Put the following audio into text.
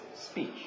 speech